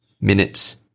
minutes